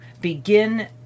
begin